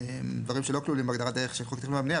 דברים שלא כלולים בהגדרה דרך חוק התכנון והבנייה.